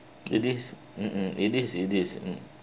it is mmhmm mmhmm it is it is